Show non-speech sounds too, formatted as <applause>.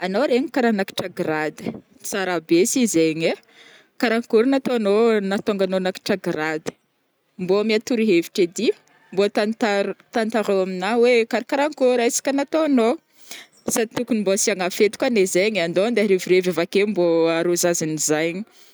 Anô regniko kara niakatra grady, tsara be si zegny ai, karankory nataonô nahatonga anô niakatra grady? Mbo mià torohevitry edy, mbô tantar-tantarao aminahy oe karakarakôry raiska nataonô, sady tokony mbô asiagna fety koa ne zegny ai andao mba hirevirevy avake mbô <hesitation> arozazinzaigny.